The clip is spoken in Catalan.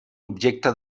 objecte